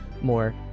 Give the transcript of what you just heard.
more